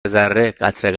ذره٬قطره